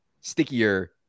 stickier